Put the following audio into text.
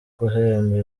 guhemba